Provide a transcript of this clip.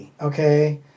okay